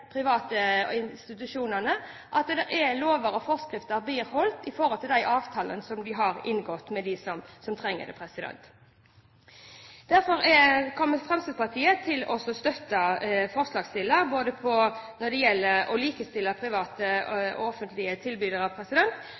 private institusjonene, at lover og forskrifter blir holdt når det gjelder de avtalene de har inngått med dem som trenger det. Derfor kommer Fremskrittspartiet til å støtte forslagsstillerne når det gjelder å likestille private og offentlige tilbydere,